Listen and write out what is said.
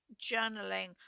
journaling